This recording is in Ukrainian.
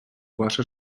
ваше